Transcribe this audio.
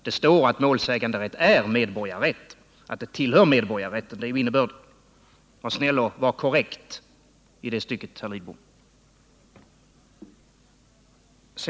Det står att målsäganderätten är medborgarrätt, att den tillhör medborgarrätten — det är innebörden. Var snäll och var korrekt i det stycket, herr Lidbom!